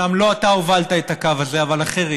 אומנם לא אתה הובלת את הקו הזה אבל אחרים,